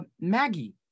Maggie